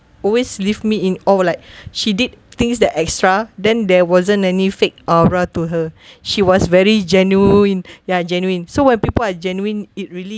always leave me in awe like she did things that extra then there wasn't any fake aura to her she was very genuine ya genuine so when people are genuine it really